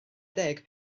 deg